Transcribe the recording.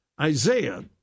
Isaiah